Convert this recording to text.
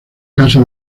casa